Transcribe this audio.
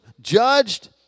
judged